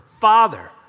Father